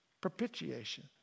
propitiation